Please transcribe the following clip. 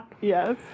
Yes